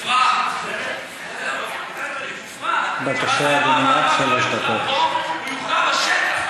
מדברים במסגרת הזמן.